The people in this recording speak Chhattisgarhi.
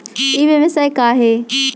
ई व्यवसाय का हे?